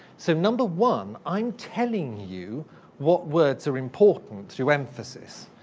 so number one, i'm telling you what words are important to emphasis.